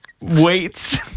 weights